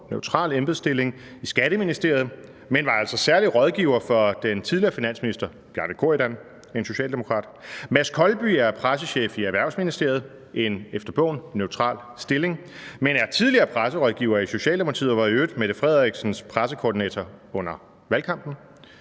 bogen, embedsstilling i Skatteministeriet, men var altså særlig rådgiver for den tidligere finansminister Bjarne Corydon, en socialdemokrat. Mads Kolby er pressechef i Erhvervsministeriet, en efter bogen neutral stilling, men er tidligere presserådgiver i Socialdemokratiet og var i øvrigt Mette Frederiksens pressekoordinator under valgkampen.